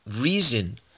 reason